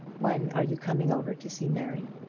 when are you coming over to see mary?